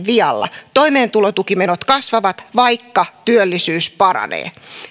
vialla toimeentulotukimenot kasvavat vaikka työllisyys paranee